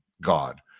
God